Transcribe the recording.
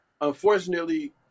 unfortunately